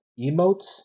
emotes